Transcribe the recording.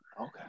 Okay